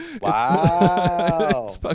Wow